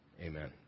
Amen